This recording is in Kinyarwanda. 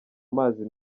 amazi